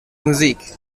musik